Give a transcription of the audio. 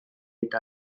eta